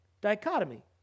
Dichotomy